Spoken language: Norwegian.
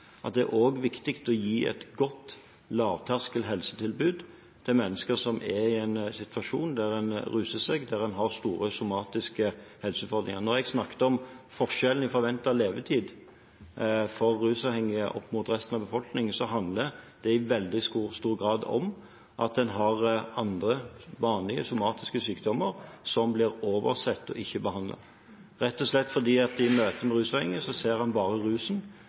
at det også er viktig å gi et godt lavterskelhelsetilbud til mennesker som er i en situasjon der en ruser seg, og der en har store somatiske helseutfordringer. Når jeg snakker om forskjellen i forventet levetid for rusavhengige i forhold til resten av befolkningen, handler det i veldig stor grad om at en har andre, vanlige somatiske sykdommer som blir oversett og ikke behandlet – rett og slett fordi at en i møte med rusavhengige ser bare rusen